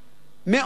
מאוד אפילו,